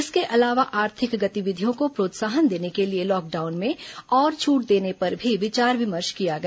इसके अलावा आर्थिक गतिविधियों को प्रोत्साहन देने के लिए लॉकडाउन में और छूट देने पर भी विचार विमर्श किया गया